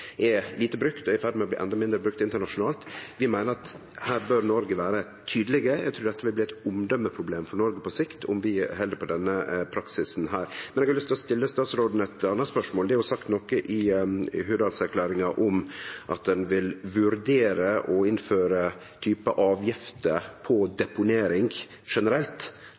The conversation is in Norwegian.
er lite brukt og i ferd med å bli endå mindre brukt internasjonalt – meiner vi at her bør Noreg vere tydelege. Eg trur det vil bli eit omdømeproblem for Noreg på sikt om vi held på denne praksisen. Eg har lyst til å stille statsråden eit anna spørsmål. Det er sagt noko i Hurdalsplattforma om at ein vil vurdere å innføre ein type avgift på deponering generelt,